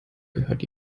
gehört